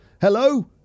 Hello